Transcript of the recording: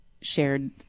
shared